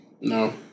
No